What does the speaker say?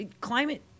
climate